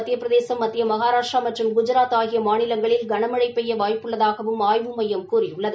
மத்திய பிரதேஷ் மத்திய மகாராஷ்டிரா மற்றம் குஜராத் ஆகிய மாநிலங்களில் கனமழை பெய்ய வாய்ப்பு உள்ளதாகவும் ஆய்வு மையம் கூறியுள்ளது